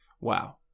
Wow